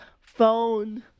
phone